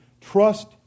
trust